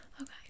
Okay